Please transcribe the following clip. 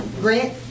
grant